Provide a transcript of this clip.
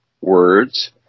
words